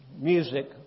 music